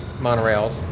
monorails